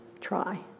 try